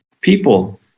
people